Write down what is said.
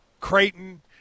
Creighton